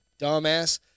dumbass